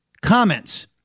Comments